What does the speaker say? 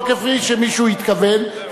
לא כפי שמישהו התכוון.